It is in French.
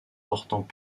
portant